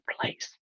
place